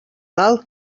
mal